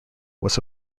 was